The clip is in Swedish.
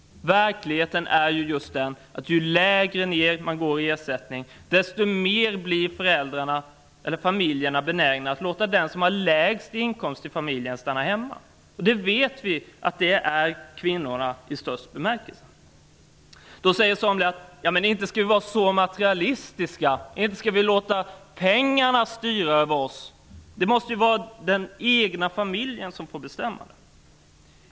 Verkligheten är ju just den att ju lägre ersättning man får, desto mer blir familjerna benägna att låta den som har lägsta inkomsten stanna hemma. Vi vet att det vanligen är kvinnorna. Då säger somliga: Inte skall vi vara så materialistiska! Inte skall vi låta pengarna styra oss! Det måste vara den egna familjen som får bestämma.